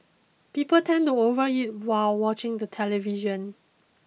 people tend to overeat while watching the television